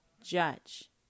judge